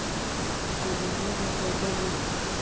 eco ꯚꯦꯟ ꯑꯃꯈꯛ ꯋꯥꯏꯖꯕꯅꯦꯕ